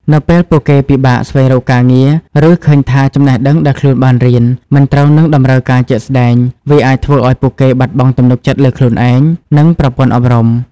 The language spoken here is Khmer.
នៅពេលពួកគេពិបាកស្វែងរកការងារ ឬឃើញថាចំណេះដឹងដែលខ្លួនបានរៀនមិនត្រូវនឹងតម្រូវការជាក់ស្តែង វាអាចធ្វើឱ្យពួកគេបាត់បង់ទំនុកចិត្តលើខ្លួនឯង និងប្រព័ន្ធអប់រំ។